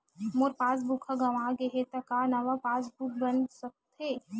मोर passbook ह गंवा गे हे त का नवा पास बुक बन सकथे?